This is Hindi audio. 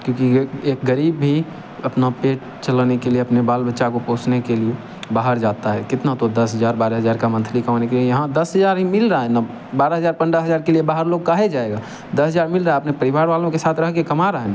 क्योंकि एक एक गरीब भी अपना पेट चलाने के लिए अपना बाल बच्चा को पोसने के लिए बाहर जाता है कितना तो दस हजार बारह हजार का मंथली का होने के यहाँ दस हजार ही मिल रहा है ना बारह हजार पंद्रह हजार के लिए बाहर लोग काहे जाएगा दस हजार मिल रहा है अपने परिवार वालों के साथ रह के कमा रहा है